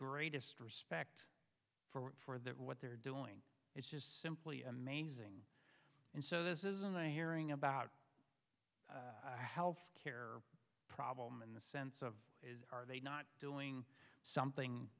greatest respect for that what they're doing is just simply amazing and so this is in the hearing about health care problem in the sense of is are they not doing something